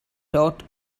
taught